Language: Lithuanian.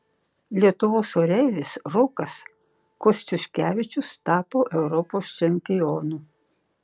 lietuvos oreivis rokas kostiuškevičius tapo europos čempionu